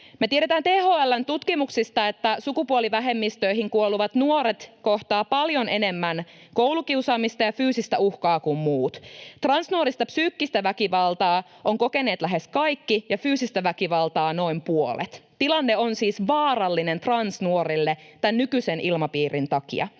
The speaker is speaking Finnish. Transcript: Me tiedetään THL:n tutkimuksista, että sukupuolivähemmistöihin kuuluvat nuoret kohtaavat paljon enemmän koulukiusaamista ja fyysistä uhkaa kuin muut. Transnuorista psyykkistä väkivaltaa ovat kokeneet lähes kaikki ja fyysistä väkivaltaa noin puolet. Tilanne on siis vaarallinen transnuorille tämän nykyisen ilmapiirin takia.